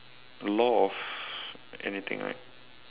law of anything right